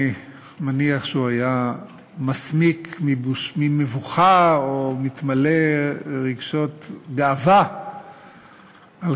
אני מניח שהוא היה מסמיק ממבוכה או מתמלא רגשות גאווה על